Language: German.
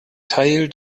teil